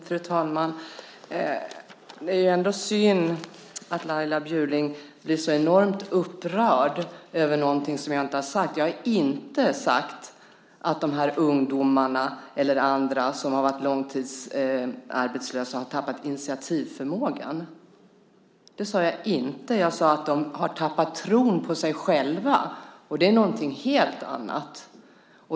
Fru talman! Det är synd att Laila Bjurling blir så enormt upprörd över något som jag inte har sagt. Jag har inte sagt att de här ungdomarna eller andra som har varit långtidsarbetslösa har tappat initiativförmågan. Jag sade att de har tappat tron på sig själva, och det är någonting helt annat.